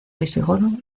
visigodo